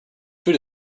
food